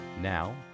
Now